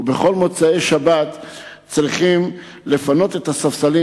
בכל מוצאי שבת הם צריכים לפנות את הספסלים